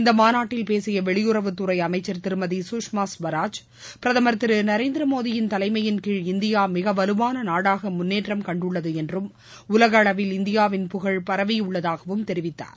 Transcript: இந்த மாநாட்டில் பேசிய வெளியுறவுத் துறை அமைச்சர் திருமதி சுஷ்மா சுவராஜ் பிரதமர் திரு நரேந்திர மோடியின் தலைமையின் கீழ் இந்தியா மிக வலுவான நாடாக முன்னேற்றம் கண்டுள்ளது என்றும் உலக அளவில் இந்தியாவின் புகழ் பரவியுள்ளதாகவும் தெரிவித்தார்